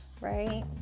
right